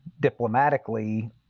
diplomatically